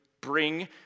bring